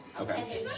Okay